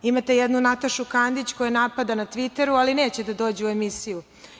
Imate jednu Natašu Kandić koja napada na tviteru, ali neće da dođe u emisiju.